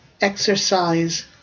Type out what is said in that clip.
exercise